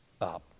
up